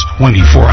24